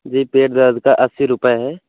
जी पेट दर्द का अस्सी रुपये है